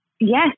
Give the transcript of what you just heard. Yes